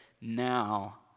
now